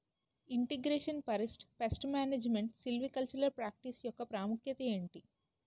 integration forest pest management silvicultural practice యెక్క ప్రాముఖ్యత ఏంటి